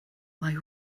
mae